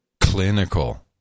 Clinical